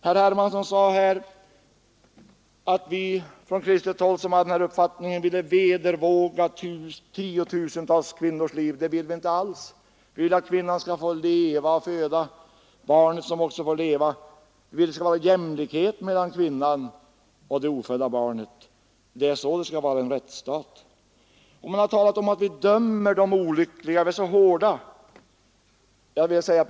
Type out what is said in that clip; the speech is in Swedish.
Herr Hermansson sade att de kristna som har denna uppfattning vill vedervåga tiotusentals kvinnors liv. Det vill vi inte alls. Vi vill att kvinnan skall få leva och föda barnet, som också har rätt att få leva. Vi vill att det skall råda jämlikhet mellan kvinnan och det ofödda barnet. Det är så det skall vara i en rättsstat. Det har sagts att vi är så hårda, att vi dömer de olyckliga.